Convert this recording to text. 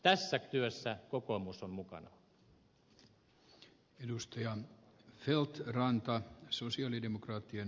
tässä työssä kokoomus on mukana